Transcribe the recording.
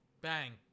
Bang